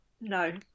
No